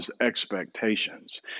expectations